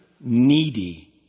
needy